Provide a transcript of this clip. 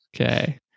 Okay